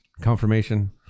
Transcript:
Confirmation